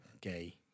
gay